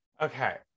Okay